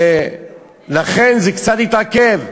ולכן זה קצת התעכב.